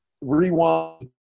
rewind